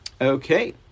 Okay